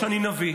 לא שאני נביא,